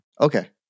Okay